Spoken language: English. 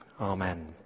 Amen